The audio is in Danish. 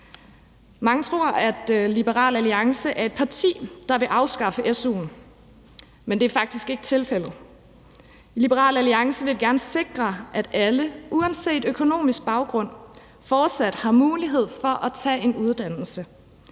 Mange tror, at Liberal Alliance er et parti, der vil afskaffe su'en, men det er faktisk ikke tilfældet. Liberal Alliance vil gerne sikre, at alle uanset økonomisk baggrund fortsat har mulighed for at tage en uddannelse.